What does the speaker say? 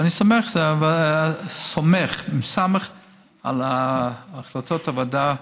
ואני סומך על החלטות הוועדה,